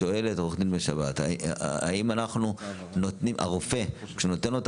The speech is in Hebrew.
עו"ד בן שבת שואלת האם כשהרופא נותן לו את